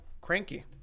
cranky